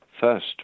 first